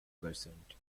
percent